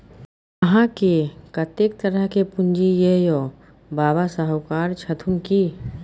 अहाँकेँ कतेक तरहक पूंजी यै यौ? बाबा शाहुकार छथुन की?